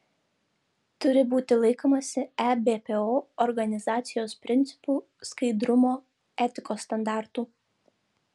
turi būti laikomasi ebpo organizacijos principų skaidrumo etikos standartų